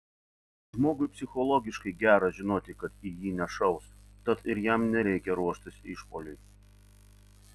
žmogui psichologiškai gera žinoti kad į jį nešaus tad ir jam nereikia ruoštis išpuoliui